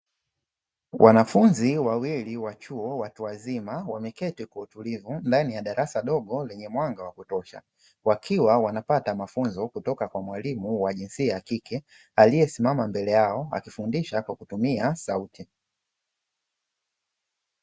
Wanafunzi wawili wa chuo watu wazima wameketi kwa utulivu ndani ya darasa dogo lenye mwanga wa kutosha, wakiwa wanapata mafunzo kutoka kwa mwalimu wa jinsia ya kike aliyesimama mbele yao akifundisha kwa kutumia sauti.